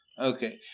Okay